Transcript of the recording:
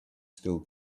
still